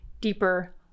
deeper